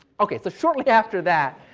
okay, so shortly after that,